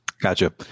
Gotcha